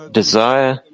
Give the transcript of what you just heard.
desire